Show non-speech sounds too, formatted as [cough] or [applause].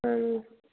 [unintelligible]